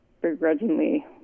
begrudgingly